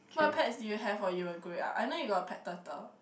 what pets do you have while you were growing up I know you got a pet turtle